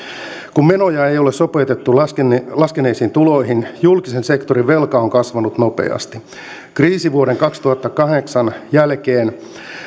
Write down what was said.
kun menoja ei ole sopeutettu laskeneisiin laskeneisiin tuloihin julkisen sektorin velka on kasvanut nopeasti kriisivuoden kaksituhattakahdeksan jälkeen